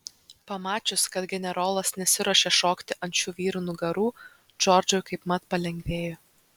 pamačius kad generolas nesiruošia šokti ant šių vyrų nugarų džordžui kaipmat palengvėjo